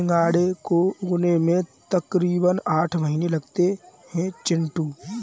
सिंघाड़े को उगने में तकरीबन आठ महीने लगते हैं चिंटू